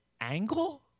angle